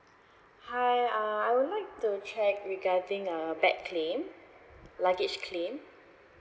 hi uh I would like to check regarding a bag claim luggage claim